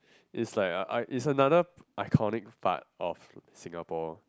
it's like uh I it's another acolyte part of Singapore